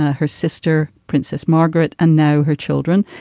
her sister, princess margaret, and no, her children,